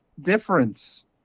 difference